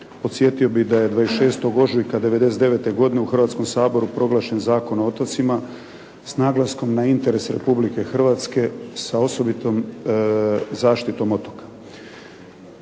podsjetio bih da je 26 ožujka 99. godine u Hrvatskom saboru proglašen zakon o otocima s naglaskom na interes Republike Hrvatske sa osobitom zaštitom otoka.